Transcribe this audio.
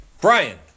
Brian